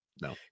no